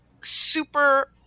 super